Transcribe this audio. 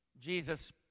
Jesus